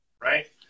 Right